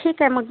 ठीक आहे मग